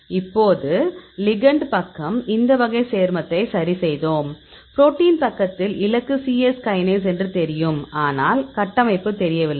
இப்போது லிகெண்ட் பக்கம் இந்த வகை சேர்மதை சரிசெய்தோம் புரோட்டீன் பக்கத்தில் இலக்கு சிஎஸ் கைனேஸ் என்று தெரியும் ஆனால் கட்டமைப்பு தெரியவில்லை